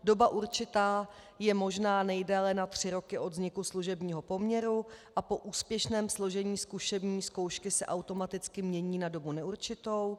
Doba určitá je možná nejdéle na tři roky od vzniku služebního poměru a po úspěšném složení zkušební zkoušky se automaticky mění na dobu neurčitou.